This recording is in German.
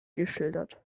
geschildert